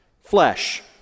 flesh